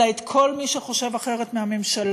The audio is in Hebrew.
אלא את כל מי שחושב אחרת מהממשלה,